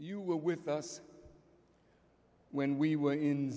you were with us when we were in